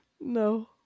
No